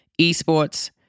esports